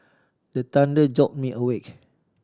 the thunder jolt me awake